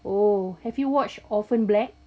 oh have you watched orphan black